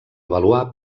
avaluar